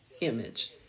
image